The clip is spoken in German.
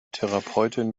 therapeutin